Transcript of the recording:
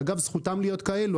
שאגב זכותם להיות כאלה,